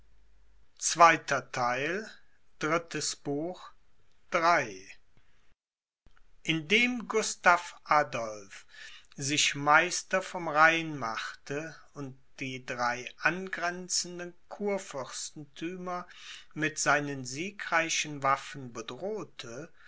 indem gustav adolph sich meister vom rhein machte und die drei angrenzenden kurfürstenthümer mit seinen siegreichen waffen bedrohte